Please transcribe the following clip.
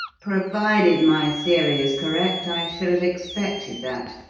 provided my theory is correct, i should have expected that.